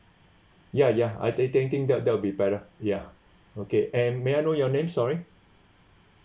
ya ya I think think think that that will be better ya okay and may I know your name sorry